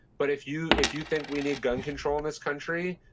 but if you if you think we need gun control in this country,